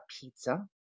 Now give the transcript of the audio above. pizza